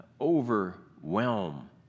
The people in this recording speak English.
overwhelm